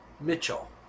Mitchell